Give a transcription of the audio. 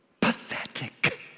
pathetic